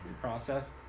process